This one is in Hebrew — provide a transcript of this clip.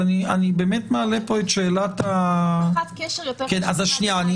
אני באמת מעלה פה את שאלת ------ קשר יותר חשוב --- שנייה,